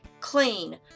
clean